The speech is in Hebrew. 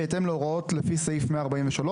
בהתאם להוראות לפי סעיף 143,